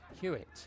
Hewitt